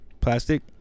plastic